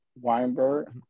Weinberg